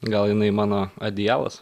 gal jinai mano adijalas